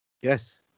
Yes